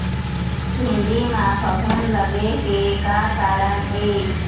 भिंडी म फफूंद लगे के का कारण ये?